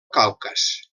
caucas